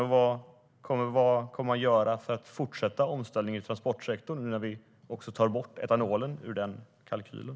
Och vad kommer man att göra för att fortsätta omställningen i transportsektorn nu när etanolen tas bort ur kalkylen?